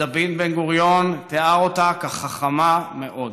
ודוד בן-גוריון תיאר אותה כחכמה מאוד.